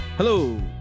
Hello